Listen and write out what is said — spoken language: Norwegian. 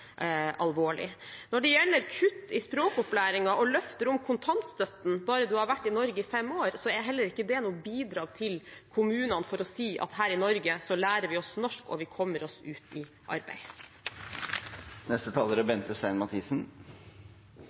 alvorlig. Når det gjelder kutt i språkopplæringen og løfter om kontantstøtte bare du har vært i Norge i fem år, er heller ikke det noe bidrag til kommunene til å si at her i Norge lærer vi oss norsk, og vi kommer oss ut i arbeid. Jeg er